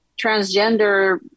transgender